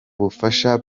bufasha